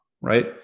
right